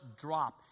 drop